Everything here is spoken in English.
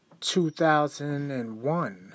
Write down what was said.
2001